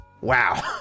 wow